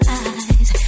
eyes